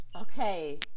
Okay